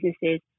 businesses